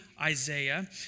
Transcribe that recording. Isaiah